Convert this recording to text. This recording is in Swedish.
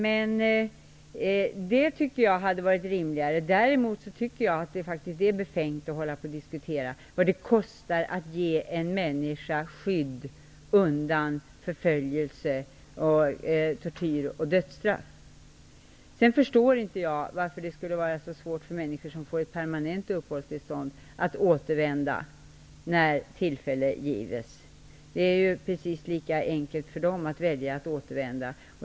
Det hade varit rimligare. Däremot tycker jag faktiskt att det är befängt att diskutera vad det kostar att ge en människa skydd undan förföljelse, tortyr och dödsstraff. Sedan förstår inte jag varför det skulle vara så svårt för människor som får ett permanent uppehållstillstånd att återvända när tillfälle gives. Det är precis lika enkelt för dem att välja att återvända.